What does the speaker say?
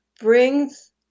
brings